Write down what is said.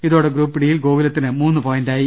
ഇതോടെ ഗ്രൂപ്പ് ഡിയിൽ ഗോകുലത്തിന് മൂന്നുപോയിന്റായി